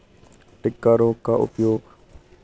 टिक्का रोग का उपाय?